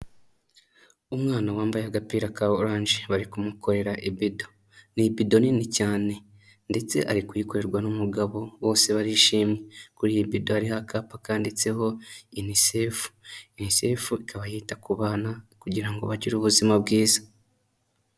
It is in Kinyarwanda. Umwana wambaye agapira ka orange bari kumukorera ibido, ni ibido nini cyane ndetse ari kuyikorerwa n'umugabo bose barishimwe, kuri iyi bido hariho akapa kanditseho UNICEF, UNICEF ikaba yita ku bana kugira ngo bagire ubuzima bwiza.